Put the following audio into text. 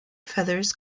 feathers